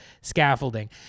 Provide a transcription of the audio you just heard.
scaffolding